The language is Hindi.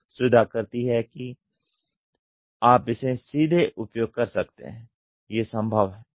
शुद्ध आकृति हैं कि आप इसे सीधे उपयोग कर सकते हैं ये संभव है